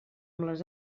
les